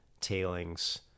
tailings